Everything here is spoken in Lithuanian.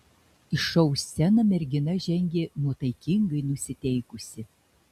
į šou sceną mergina žengė nuotaikingai nusiteikusi